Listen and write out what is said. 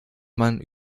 man